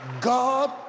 God